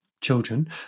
children